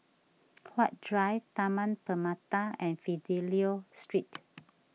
Huat Drive Taman Permata and Fidelio Street